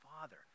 father